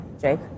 Jake